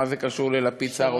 מה זה קשור ללפיד כשר האוצר?